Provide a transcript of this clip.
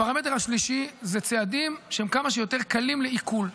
הפרמטר השלישי אלה צעדים שהם כמה שיותר קלים לעיכול.